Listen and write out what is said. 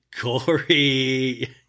Corey